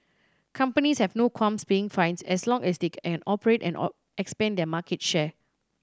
companies have no qualms paying fines as long as they can operate and expand their market share